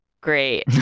Great